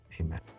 Amen